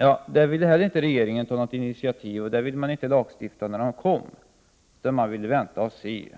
heller beträffande dem ville regeringen ta något initiativ, och man ville inte lagstifta när de kom ut på marknaden. Man ville vänta och se.